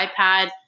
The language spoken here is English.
iPad